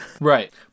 Right